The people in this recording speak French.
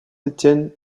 étienne